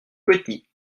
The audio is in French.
petit